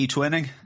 Twinning